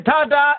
Tada